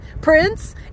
Prince